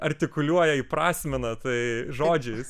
artikuliuoja įprasmina tai žodžiais